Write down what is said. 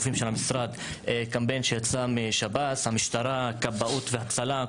קמפיין שיצא משב"ס, המשטרה, הכבאות וההצלה.